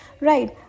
Right